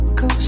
go